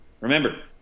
Remember